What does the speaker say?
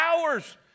hours